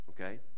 Okay